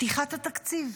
פתיחת התקציב,